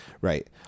Right